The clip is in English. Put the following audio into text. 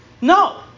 No